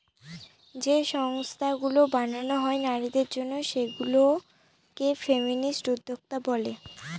যে সংস্থাগুলো বানানো হয় নারীদের জন্য সেগুলা কে ফেমিনিস্ট উদ্যোক্তা বলে